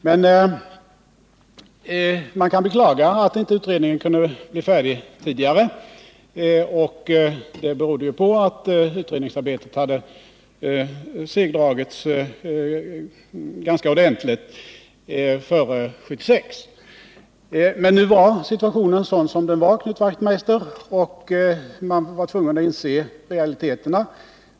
Man kan emellertid beklaga att utredningen inte kunde bli färdig tidigare. Det berodde ju på att utredningsarbetet hade segdragits ganska ordentligt före 1976. Men nu var situationen sådan som den var, Knut Wachtmeister, och man var tvungen att inse realiteter.